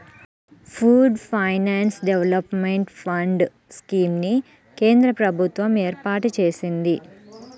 pooled finance development fund scheme ని కేంద్ర ప్రభుత్వం ఏర్పాటు చేసింది